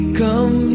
come